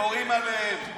יורים עליהם.